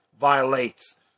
violates